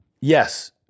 yes